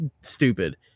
stupid